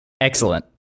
Excellent